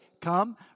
come